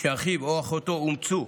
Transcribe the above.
או אחותו אומצו,